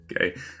Okay